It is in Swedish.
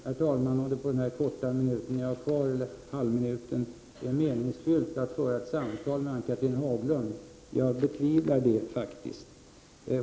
Jag vet inte om det på den halva minut jag har kvar är så meningsfyllt att föra ett samtal med Ann-Cathrine Haglund. Jag betvivlar det faktiskt.